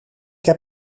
heb